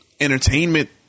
entertainment